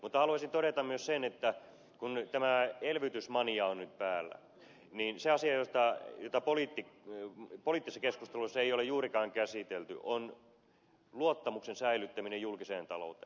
mutta haluaisin todeta myös sen että kun tämä elvytysmania on nyt päällä niin se asia jota poliittisissa keskusteluissa ei ole juurikaan käsitelty on luottamuksen säilyttäminen julkiseen talouteen